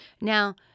Now